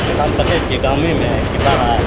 एखन कतए छियै गाँमेमे कि बाहर